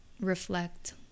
reflect